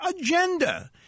agenda